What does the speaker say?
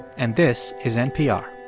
and this is npr